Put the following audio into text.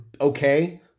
okay